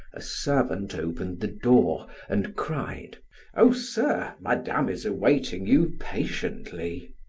a servant opened the door and cried oh, sir, madame is awaiting you patiently.